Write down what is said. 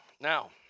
Now